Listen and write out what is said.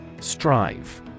Strive